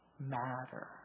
Matter